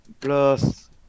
plus